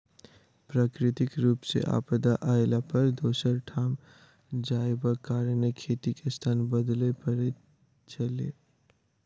प्राकृतिक रूप सॅ आपदा अयला पर दोसर ठाम जायबाक कारणेँ खेतीक स्थान बदलय पड़ैत छलै